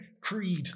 Creed